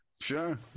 Sure